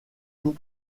tout